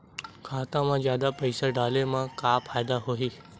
खाता मा जादा पईसा डाले मा का फ़ायदा होही?